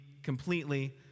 completely